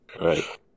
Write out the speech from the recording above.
Right